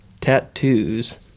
tattoos